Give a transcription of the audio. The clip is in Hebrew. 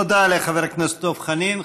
תודה לחבר הכנסת דב חנין.